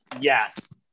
Yes